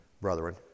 brethren